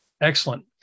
Excellent